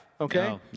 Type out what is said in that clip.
Okay